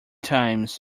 times